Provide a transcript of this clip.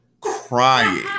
crying